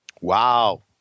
Wow